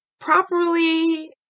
properly